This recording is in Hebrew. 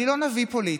אני לא נביא פוליטי,